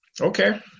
Okay